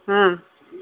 हँ